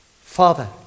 Father